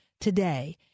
today